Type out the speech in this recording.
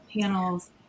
panels